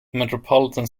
metropolitan